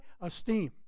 esteem